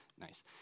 nice